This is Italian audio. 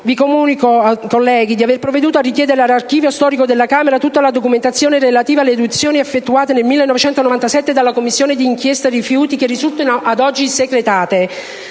Vi comunico, colleghi, di aver provveduto a richiedere all'archivio storico della Camera tutta la documentazione relativa alle audizioni effettuate nel 1997 dalla Commissione d'inchiesta sul ciclo dei rifiuti che risultino ad oggi segretate.